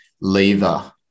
lever